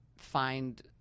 find